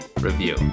Review